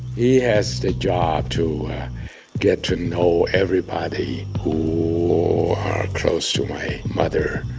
he has the job to get to know everybody who are close to my mother,